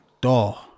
door